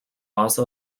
also